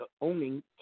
owning